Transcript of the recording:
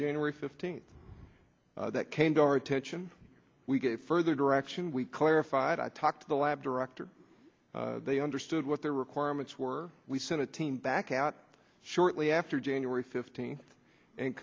january fifteenth that came to our attention we gave further direction we clarified i talked to the lab director they understood what their requirements were we sent a team back out shortly after january fifteenth and